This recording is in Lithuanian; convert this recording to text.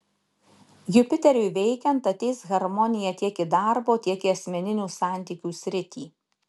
jupiteriui veikiant ateis harmonija tiek į darbo tiek į asmeninių santykių sritį